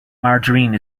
margarine